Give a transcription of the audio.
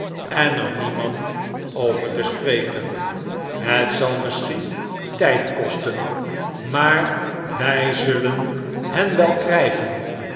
en er niemand over te spreken het zal misschien tijd kosten maar wij zullen hen wel krijgen